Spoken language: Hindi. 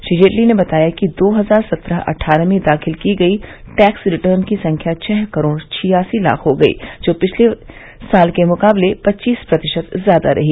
श्री जेटली ने बताया कि दो हजार सत्रह अटठारह में दाखिल की गयी टैक्स रिटर्न की संख्या छह करोड़ छियासी लाख हो गयी जो पिछले साल के मुकाबले पच्चीस प्रतिशत ज्यादा रही